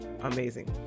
amazing